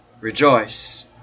rejoice